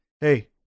hey